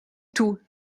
tout